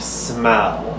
smell